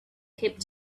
cape